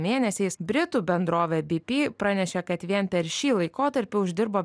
mėnesiais britų bendrovė bp pranešė kad vien per šį laikotarpį uždirbo